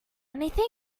anything